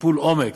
טיפול עומק